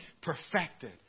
perfected